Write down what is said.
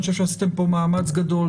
אני חושב שעשיתם פה מאמץ גדול,